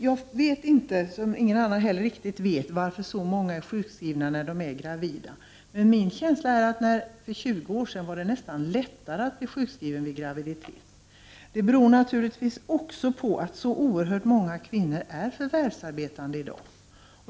Jag vet inte, som ingen annan riktigt heller vet, varför så många är sjukskrivna när de är gravida. Men min känsla är att det för 20 år sedan nästan var lättare att bli sjukskriven vid graviditet. Detta beror naturligtvis också på att så oerhört många kvinnor är förvärvsarbetande i dag.